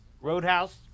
Roadhouse